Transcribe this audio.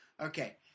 Okay